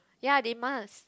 ya they must